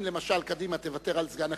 אם למשל קדימה תוותר על סגן,